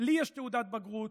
לי יש תעודת בגרות,